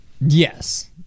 yes